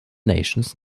nations